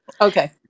Okay